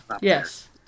Yes